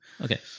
Okay